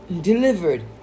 Delivered